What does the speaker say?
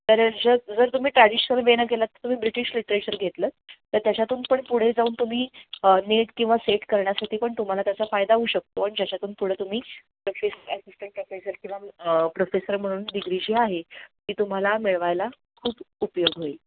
तर जसं जर तुम्ही ट्रॅडिशनल बी ए नाही केलंत तर तुम्ही ब्रिटिश लिट्रेचर घेतलं तर त्याच्यातून पण पुढे जाऊन तुम्ही नेट किंवा सेट करण्यासाठी पण तुम्हाला त्याचा फायदा होऊ शकतो आणि ज्याच्यातून पुढे तुम्ही प्रोफेस ॲसिस्टंट प्रोफेसर किंवा प्रोफेसर म्हणून डिग्री जी आहे ती तुम्हाला मिळवायला खूप उपयोग होईल